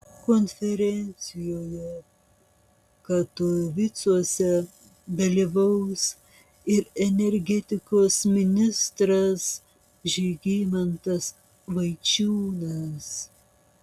konferencijoje katovicuose dalyvaus ir energetikos ministras žygimantas vaičiūnas